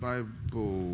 Bible